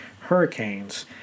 hurricanes